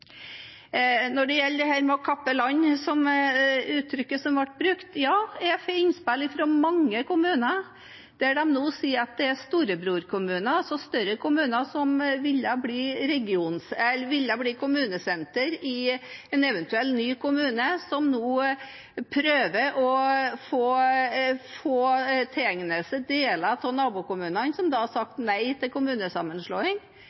Når det gjelder dette med å kappe land – som er uttrykket som ble brukt: Ja, jeg får innspill fra mange kommuner der de nå sier at det er storebrorkommuner, større kommuner, som ville blitt kommunesenter i en eventuell ny kommune, som nå prøver å få tilegnet seg deler av nabokommunene som